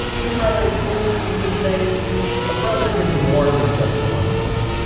two brothers who you could say are brothers in more than just one way.